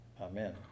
Amen